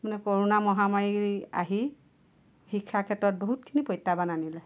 corona মহামাৰী আহি শিক্ষাৰ ক্ষেত্ৰত বহুতখিনি প্ৰত্যাহ্বান আনিলে